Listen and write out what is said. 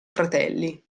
fratelli